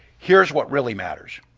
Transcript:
here's what really matters.